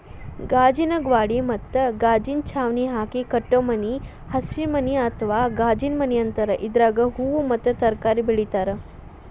ಗಾಜಿನ ಗ್ವಾಡಿ ಮತ್ತ ಗಾಜಿನ ಚಾವಣಿ ಹಾಕಿ ಕಟ್ಟೋ ಮನಿಗೆ ಹಸಿರುಮನಿ ಅತ್ವಾ ಗಾಜಿನಮನಿ ಅಂತಾರ, ಇದ್ರಾಗ ಹೂವು ಮತ್ತ ತರಕಾರಿ ಬೆಳೇತಾರ